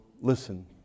Listen